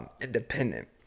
independent